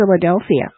Philadelphia